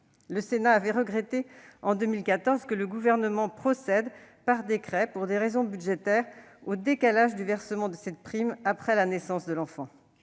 Le Sénat avait regretté, en 2014, que le Gouvernement procède par décret, pour des raisons budgétaires, au décalage du versement de cette prime après la naissance de l'enfant.